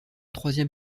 troisième